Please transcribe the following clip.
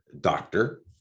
doctor